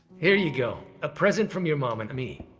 here you go. a present from your mom and me.